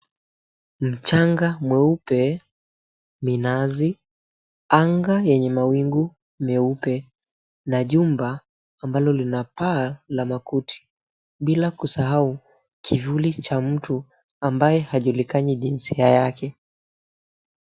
Mchanga mweupe, minazi anga yenye mawingu meupe na jumba ambalo linapaa la makuti bila kusahau kivuli cha mtu ambaye hajulikani jinsia yake.